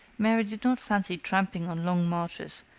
mary did not fancy tramping on long marches,